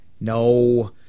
No